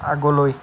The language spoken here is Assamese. আগলৈ